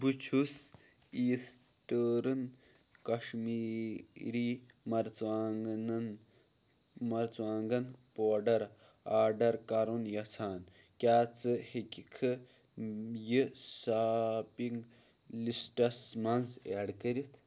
بہٕ چھُس ایٖسٹٲرٕن کشمیٖری مرژٕوانٛگنَن مرژٕوانٛگن پورڈر آرڈر کَرُن یژھان کیٛاہ ژٕ ہٮ۪کٕکھٕ یہِ ساپِنٛگ لِسٹَس منٛز اؠڈ کٔرِتھ